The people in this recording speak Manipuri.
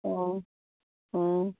ꯑꯣ ꯑꯣ